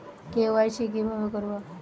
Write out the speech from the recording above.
KYC কিভাবে করব?